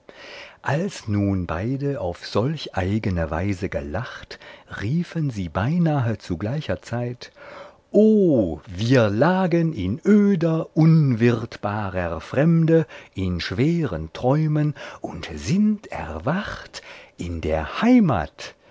als beide nun auf solch eigne weise gelacht riefen sie beinahe zu gleicher zeit o wir lagen in öder unwirtbarer fremde in schweren träumen und sind erwacht in der heimat